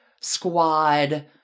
Squad